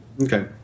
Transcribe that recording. Okay